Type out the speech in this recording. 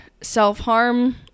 self-harm